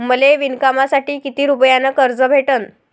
मले विणकामासाठी किती रुपयानं कर्ज भेटन?